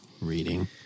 reading